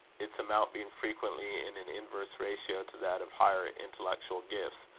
its amount being frequently in an inverse ratio to that of higher intellectual gifts,